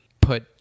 Put